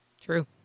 True